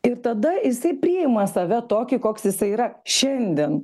ir tada jisai priima save tokį koks jisai yra šiandien